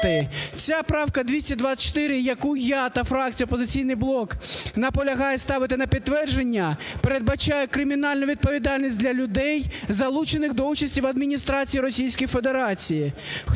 Ця правка 224, яку я та фракція "Опозиційний блок" наполягає ставити на підтвердження, передбачає кримінальну відповідальність для людей, залучених до участі в адміністрації Російської Федерації.